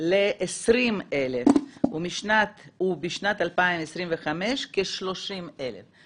ל-20,000 ובשנת 2025 כ-30,000 איש.